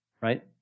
right